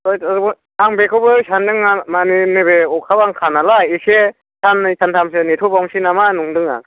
आं बेखौबो सानदोंना माने नैबे अखा बांखा नालाय एसे साननै सानथामसो नेथ'बावनोसै नामा नंदों आं